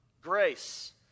grace